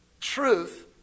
truth